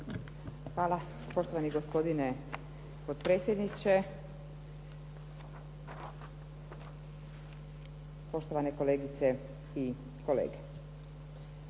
Hvala poštovani gospodine potpredsjedniče, poštovane kolegice i kolege.